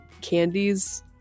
candies